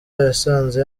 yasanze